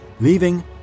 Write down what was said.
leaving